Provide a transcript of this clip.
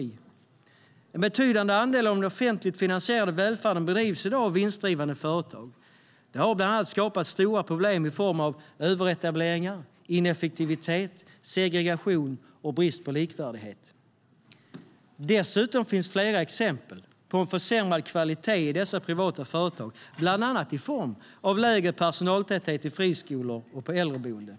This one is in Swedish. En betydande andel av den offentligt finansierade välfärden bedrivs i dag av vinstdrivande företag. Det har bland annat skapat stora problem i form av överetableringar, ineffektivitet, segregation och brist på likvärdighet. Dessutom finns flera exempel på en försämrad kvalitet i dessa privata företag, bland annat i form av lägre personaltäthet i friskolor och på äldreboenden.